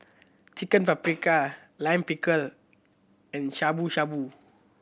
Chicken Paprika Lime Pickle and Shabu Shabu